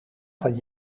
van